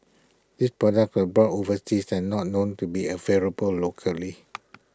these products were bought overseas and not known to be available locally